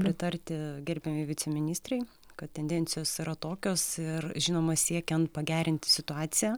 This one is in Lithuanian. pritarti gerbiamai viceministrei kad tendencijos yra tokios ir žinoma siekiant pagerinti situaciją